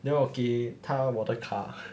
then 我给她我的卡